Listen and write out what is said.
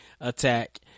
attack